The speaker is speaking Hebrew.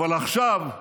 אבל עכשיו,